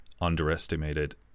underestimated